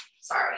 Sorry